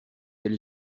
elle